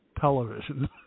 television